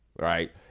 Right